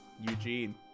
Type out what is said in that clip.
Eugene